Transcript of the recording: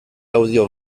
audio